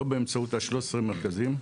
לא באמצעות 13 המרכזים.